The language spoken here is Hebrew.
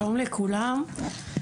שלום לכולם,